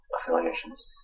affiliations